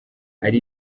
hari